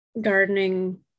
gardening